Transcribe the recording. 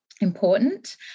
important